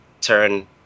turn